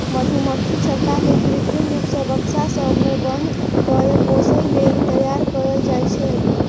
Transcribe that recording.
मधुमक्खी छत्ता केँ कृत्रिम रुप सँ बक्सा सब मे बन्न कए पोसय लेल तैयार कयल जाइ छै